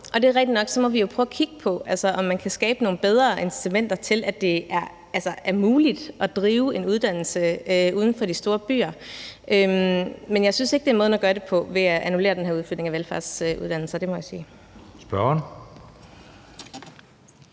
Og det er rigtigt nok, at vi så må prøve at kigge på, om man kan skabe nogle bedre incitamenter til, at det er muligt at drive en uddannelse uden for de store byer; men jeg synes ikke, at måden at gøre det på er ved at annullere den her udflytning af velfærdsuddannelser – det må jeg sige. Kl.